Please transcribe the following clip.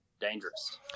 dangerous